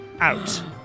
out